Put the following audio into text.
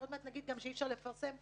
עוד מעט נגיד שאי אפשר לפרסם גם